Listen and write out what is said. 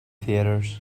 theatres